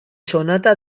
sonata